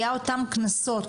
היה אותם קנסות,